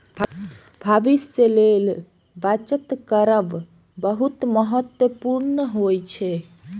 भविष्यक लेल बचत करब बहुत महत्वपूर्ण होइ छै